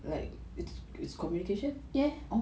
like it's it's communication